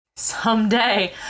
Someday